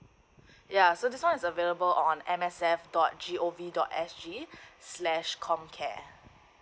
ya so this one is available on M S F dot gov dot sg slash com care